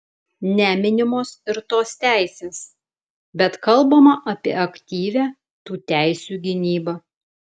neminimos ir tos teisės bet kalbama apie aktyvią tų teisių gynybą